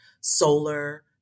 solar